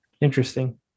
interesting